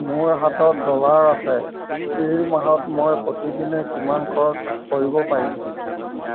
মোৰ হাতত ডলাৰ আছে এই মাহত মই প্ৰতিদিনে কিমান খৰচ কৰিব পাৰিম